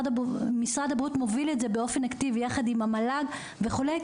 משרד הבריאות מוביל את זה באופן אקטיבי יחד עם המל"ג וכו'.